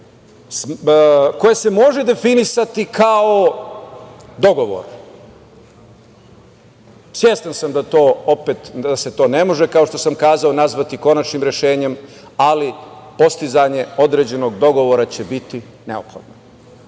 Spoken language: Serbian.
koje se može definisati kao dogovor. Svestan sam da se to ne može, kao što sam kazao, nazvati konačnim rešenjem, ali postizanje određenog dogovora će biti neophodno. To